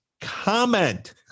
Comment